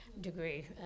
degree